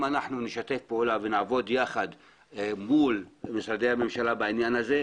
אנחנו נשתף פעולה ונעבוד יחד מול משרדי הממשלה בעניין הזה,